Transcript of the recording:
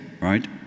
right